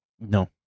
no